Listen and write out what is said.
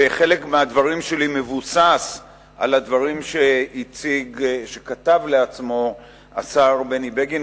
וחלק מהדברים שלי מבוססים על הדברים שכתב לעצמו השר בני בגין,